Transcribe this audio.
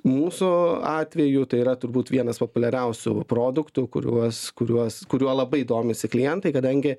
mūsų atveju tai yra turbūt vienas populiariausių produktų kuriuos kuriuos kuriuo labai domisi klientai kadangi